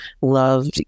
loved